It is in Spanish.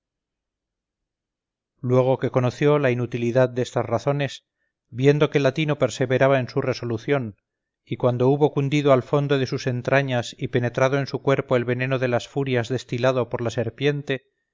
luego que conoció la inutilidad de estas razones viendo que latino perseveraba en su resolución y cuando hubo cundido al fondo de sus entrañas y penetrado en su cuerpo el veneno de las furias destilado por la serpiente